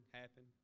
happen